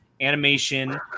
Animation